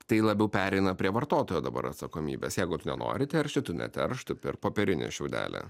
tai labiau pereina prie vartotojo dabar atsakomybės jeigu tu nenori teršti tu neteršk tu pirk popierinį šiaudelį